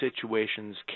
situations